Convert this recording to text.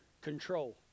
control